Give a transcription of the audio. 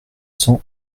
cent